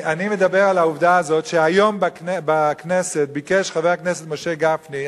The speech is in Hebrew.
אני מדבר על העובדה הזאת שהיום בכנסת ביקש חבר הכנסת משה גפני,